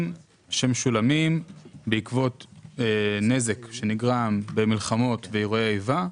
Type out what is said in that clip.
שמשולמים בעקבות נזק שנגרם במלחמות ואירועי איבה.